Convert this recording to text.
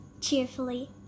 cheerfully